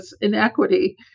inequity